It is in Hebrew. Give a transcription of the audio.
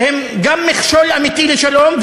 שהן גם מכשול אמיתי לשלום,